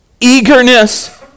Eagerness